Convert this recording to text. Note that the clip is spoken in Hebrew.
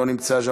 לא נמצא,